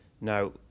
Now